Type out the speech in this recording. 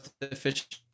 efficient